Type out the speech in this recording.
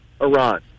Iran